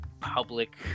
public